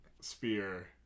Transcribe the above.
spear